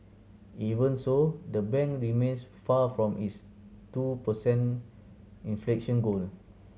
even so the bank remains far from its two per cent inflation goal